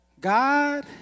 God